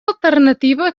alternativa